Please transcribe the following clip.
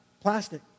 plastic